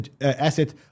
asset